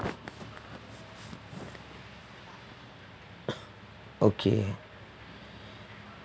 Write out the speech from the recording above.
okay